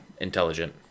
intelligent